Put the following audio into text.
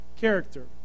character